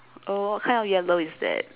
oh what kind of yellow is that